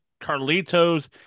Carlitos